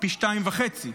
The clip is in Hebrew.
פי שניים וחצי,